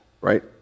Right